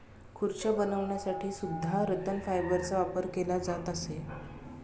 खुर्च्या बनवण्यासाठी सुद्धा रतन फायबरचा वापर केला जात असे